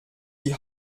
die